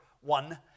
one